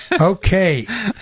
Okay